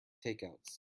takeouts